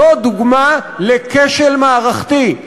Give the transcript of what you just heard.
זו דוגמה לכשל מערכתי,